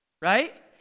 Right